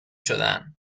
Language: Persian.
شدن